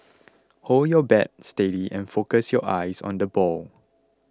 hold your bat steady and focus your eyes on the ball